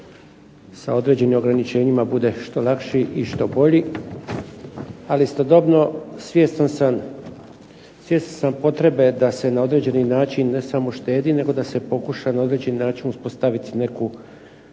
sa određenim ograničenjima bude što lakši i što bolji. Ali istodobno svjestan sam potrebe da se na određeni način ne samo štedi nego da se pokuša na određeni način uspostaviti neku,